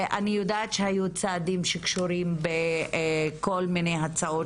אני יודעת שהיו צעדים שקשורים בכל מיני הצעות